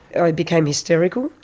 i became hysterical,